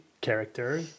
character